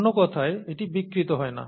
অন্য কথায় এটি বিকৃত হয় না